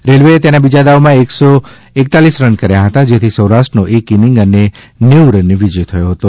રેલ્વેએ તેના બીજા દાવમાં એક સો એકતાલીસ રન કર્યા હતા જેથી સૌરાષ્ટ્રનો એક ઈનિંગ્સ અને નેવું રન વિજય થયો હતો